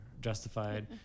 justified